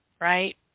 right